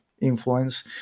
Influence